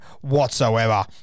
whatsoever